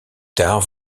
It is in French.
tard